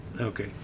Okay